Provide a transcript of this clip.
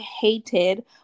hated